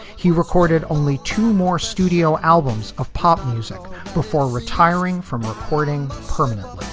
he recorded only two more studio albums of pop music before retiring from recording permanently.